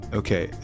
okay